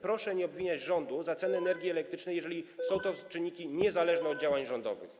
Proszę nie obwiniać rządu za cenę energii elektrycznej, jeżeli są to czynniki niezależne od działań rządowych.